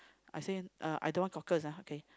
I say uh I don't want cockles ah okay